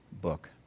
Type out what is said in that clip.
book